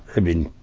i mean,